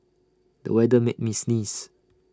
the weather made me sneeze